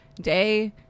day